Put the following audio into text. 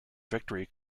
victory